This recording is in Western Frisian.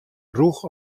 rûch